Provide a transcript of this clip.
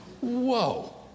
Whoa